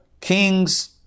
kings